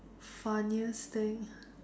funniest thing